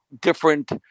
different